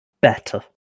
better